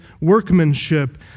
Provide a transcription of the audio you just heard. workmanship